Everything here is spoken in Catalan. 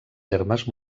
termes